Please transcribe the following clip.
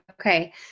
Okay